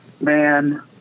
man